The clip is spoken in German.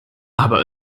aber